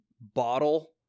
bottle